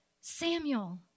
Samuel